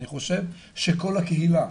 אני חושב שכל הקהילה,